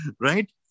right